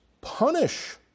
punish